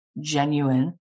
genuine